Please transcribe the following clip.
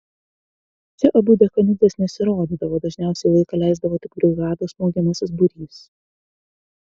čia abu dekanidzės nesirodydavo dažniausiai laiką leisdavo tik brigados smogiamasis būrys